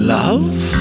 love